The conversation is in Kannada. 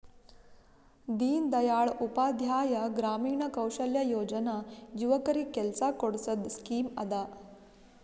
ದೀನ್ ದಯಾಳ್ ಉಪಾಧ್ಯಾಯ ಗ್ರಾಮೀಣ ಕೌಶಲ್ಯ ಯೋಜನಾ ಯುವಕರಿಗ್ ಕೆಲ್ಸಾ ಕೊಡ್ಸದ್ ಸ್ಕೀಮ್ ಅದಾ